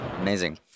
Amazing